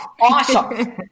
Awesome